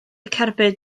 cerbyd